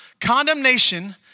Condemnation